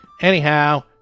Anyhow